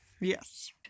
Yes